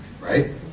right